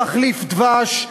תחליף דבש,